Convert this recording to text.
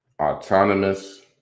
autonomous